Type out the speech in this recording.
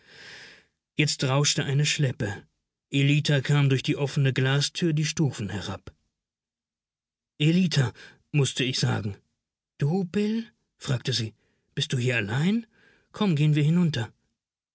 jetzt rauschte eine schleppe ellita kam durch die offene glastüre die stufen herab ellita mußte ich sagen du bill fragte sie bist du hier allein komm gehen wir hinunter